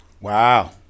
Wow